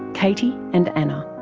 katie and anna.